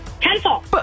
Pencil